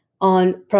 on